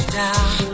down